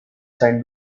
signed